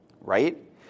right